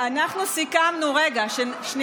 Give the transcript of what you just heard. למה?